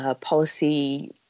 policy